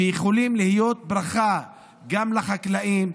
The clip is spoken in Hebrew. שיכולים להיות ברכה גם לחקלאים,